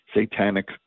satanic